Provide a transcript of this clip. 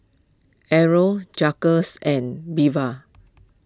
Errol Jagger and Belva